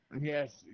Yes